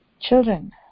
children